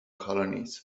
colonies